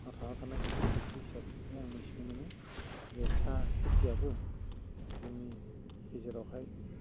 नांथाबनानै थानायखायसो बिदि हिसाब आं मिनथिनो मोनो जे साहा खेथियाबो जोंनि गेजेरावहाय